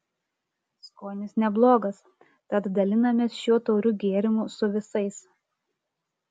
skonis neblogas tad dalinamės šiuo tauriu gėrimu su visais